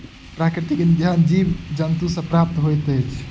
प्राकृतिक इंधन जीव जन्तु सॅ प्राप्त होइत अछि